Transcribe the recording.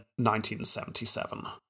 1977